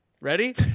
Ready